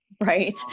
Right